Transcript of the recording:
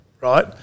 right